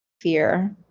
fear